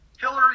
Hillary